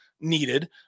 needed